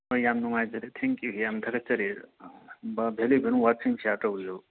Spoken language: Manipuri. ꯍꯣꯏ ꯌꯥꯝ ꯅꯨꯡꯉꯥꯏꯖꯔꯦ ꯊꯦꯡꯀꯤꯌꯨ ꯌꯥꯝ ꯊꯥꯒꯠꯆꯔꯤ ꯚꯦꯂꯨꯑꯦꯕꯜ ꯋꯥꯔꯗꯁꯤꯡ ꯁꯦꯌꯔ ꯇꯧꯕꯤꯔꯕ